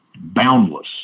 boundless